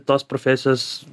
tos profesijos